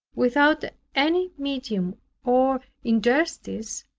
without any medium or interstice,